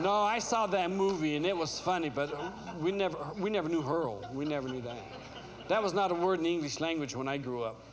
no i saw them moving in it was funny but we never we never knew her we never knew that that was not a word in english language when i grew up